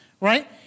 right